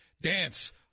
dance